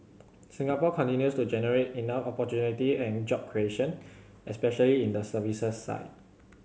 Singapore continues to generate enough opportunity and job creation especially in the services side